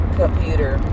computer